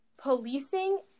Policing